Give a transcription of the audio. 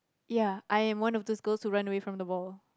ya I am one of these girls who run away from the ball